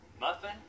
Muffin